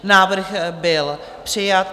Návrh byl přijat.